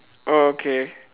okay